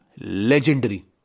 legendary